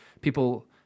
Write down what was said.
people